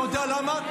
אתה יודע למה?